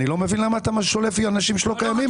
אני לא מבין למה אתה שולף לי אנשים שלא קיימים פה.